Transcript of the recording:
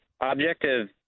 Objective